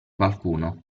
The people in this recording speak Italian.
qualcuno